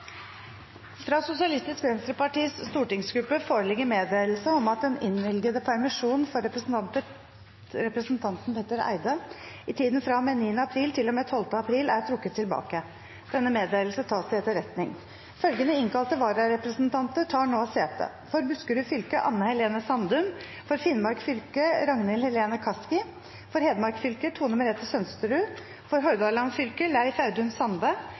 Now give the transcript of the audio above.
Fra Sosialistisk Venstrepartis stortingsgruppe foreligger meddelelse om at den innvilgede permisjonen for representanten Petter Eide i tiden fra og med 9. april til og med 12. april er trukket tilbake. – Denne meddelelsen tas til etterretning. Følgende innkalte vararepresentanter tar nå sete: For Buskerud fylke: Anne Helene Sandum For Finnmark fylke: Ragnhild Helene Kaski For Hedmark fylke: Tone Merete Sønsterud For Hordaland fylke: Leif Audun Sande